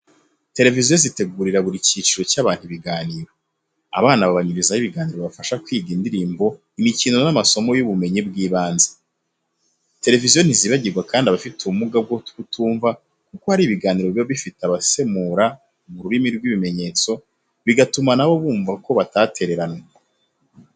Televiziyo zitegurira buri cyiciro cy'abantu ibiganiro. Abana babanyurizaho ibiganiro bibafasha kwiga indirimbo, imikino n'amasomo y'ubumenyi bw'ibanze. Televiziyo ntizibagirwa kandi abafite ubumuga bwo kutumva kuko hari ibiganiro biba bifite abasemura mu rurimi rw'ibimenyetso, bigatuma nabo bumva ko batatereranwe.